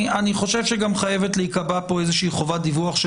אני חושב שגם חייבת להיקבע כאן איזושהי חובת דיווח של